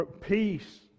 Peace